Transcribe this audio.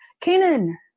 Canaan